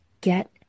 get